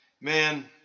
man